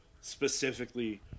specifically